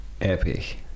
epic